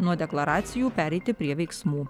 nuo deklaracijų pereiti prie veiksmų